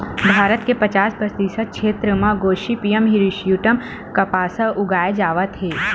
भारत के पचास परतिसत छेत्र म गोसिपीयम हिरस्यूटॅम कपसा उगाए जावत हे